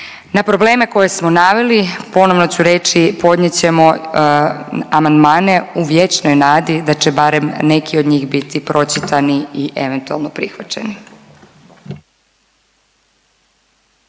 Na probleme koje smo naveli ponovno ću reći, podnijet ćemo amandmane u vječnoj nadi da će barem neki od njih biti pročitani i eventualno prihvaćeni.